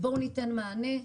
בואו ניתן מענה.